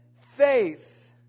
faith